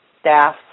staff